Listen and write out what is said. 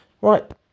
Right